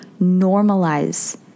normalize